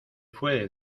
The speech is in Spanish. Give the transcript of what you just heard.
fue